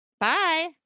Bye